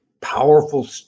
powerful